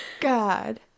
God